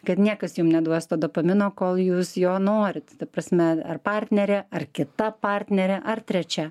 kad niekas jums neduos to dopamino kol jūs jo norit ta prasme ar partnerė ar kita partnere ar trečia